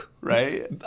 right